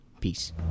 Peace